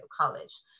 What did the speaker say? college